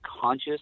conscious